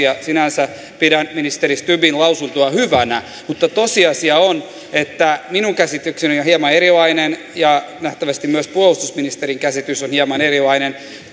sinänsä pidän ministeri stubbin lausuntoa hyvänä mutta tosiasia on että minun käsitykseni on hieman erilainen ja nähtävästi myös puolustusministerin käsitys on hieman erilainen